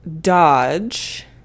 Dodge